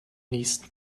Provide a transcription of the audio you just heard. nächsten